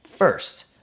first